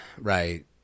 right